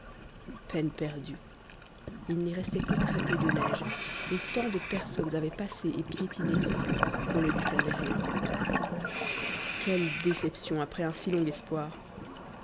peine perdue il n'y restait que très-peu de neige et tant de personnes avaient passé et piétiné qu'on ne discernait rien quelle déception après un si long espoir